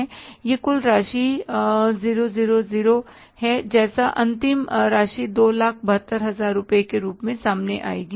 यह कुछ कुछ 000 जैसा है और अंतिम राशि 272000 रुपये के रूप में सामने आएगी